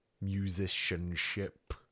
Musicianship